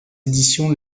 éditions